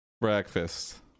breakfast